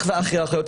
אח ואחות.